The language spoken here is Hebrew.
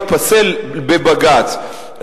ייפסל בבג"ץ,